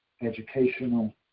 educational